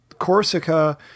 Corsica